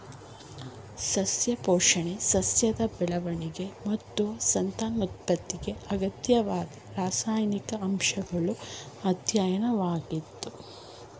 ಸಸ್ಯ ಪೋಷಣೆ ಸಸ್ಯದ ಬೆಳವಣಿಗೆ ಮತ್ತು ಸಂತಾನೋತ್ಪತ್ತಿಗೆ ಅಗತ್ಯವಾದ ರಾಸಾಯನಿಕ ಅಂಶಗಳ ಅಧ್ಯಯನವಾಗಯ್ತೆ